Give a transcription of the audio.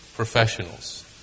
professionals